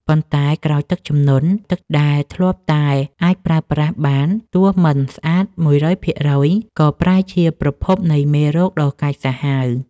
ប៉ុន្តែក្រោយទឹកជំនន់ ទឹកដែលធ្លាប់តែអាចប្រើប្រាស់បានទោះមិនស្អាត ១០០% ក៏ប្រែជាប្រភពនៃមេរោគដ៏កាចសាហាវ។